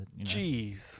Jeez